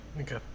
Okay